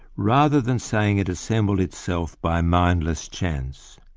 rather than saying it assembled itself by mindless chance.